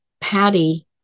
Patty